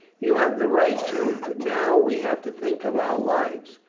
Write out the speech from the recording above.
you have the right, too. but now we have to think of our lives.